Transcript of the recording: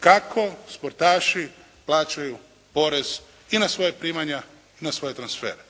kako sportaši plaćaju porez i na svoja primanja i na svoje transfere.